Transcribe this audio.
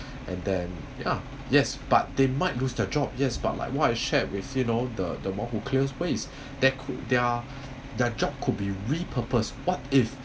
and then ya yes but they might lose their job yes but like what I shared with you know the the more who clears waste that could their their job could be repurposed what if